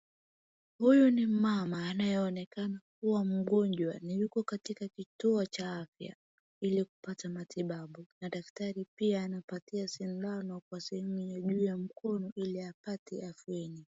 Huyu ni mama anayeonekana kuwa mgonjwa. Yuko katika kituo cha afya ili kupata matibabu. Na daktari pia anapatia sindano kwa sehemu ya juu ya mkono ili apate afueni.